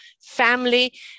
family